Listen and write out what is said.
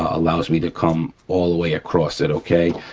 ah allows me to come all the way across it, okay.